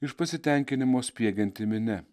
iš pasitenkinimo spiegianti minia